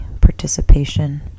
participation